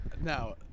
Now